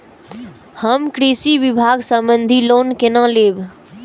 हम कृषि विभाग संबंधी लोन केना लैब?